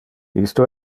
isto